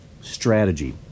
strategy